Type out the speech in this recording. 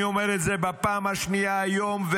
אני אומר את זה בפעם השנייה היום.